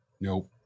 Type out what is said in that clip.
nope